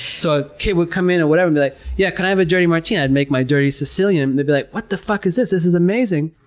so, a kid would come in and be like, yeah, can i have a dirty martini? and i'd make my dirty sicilian. they'd be like, what the fuck is this? this is amazing!